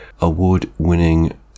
award-winning